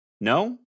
No